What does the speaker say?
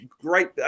great